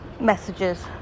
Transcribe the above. messages